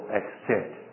accept